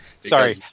Sorry